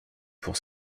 pour